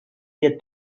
der